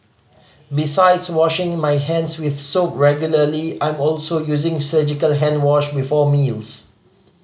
besides washing my hands with soap regularly I'm also using surgical hand wash before meals